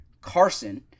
Carson